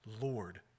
Lord